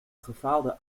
gefaalde